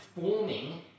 forming